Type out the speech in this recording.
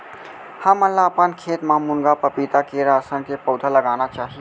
हमन ल अपन खेत म मुनगा, पपीता, केरा असन के पउधा लगाना चाही